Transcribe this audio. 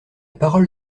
parole